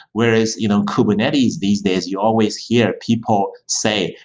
whereas you know kubernetes, these days, you always hear people say,